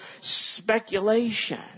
speculation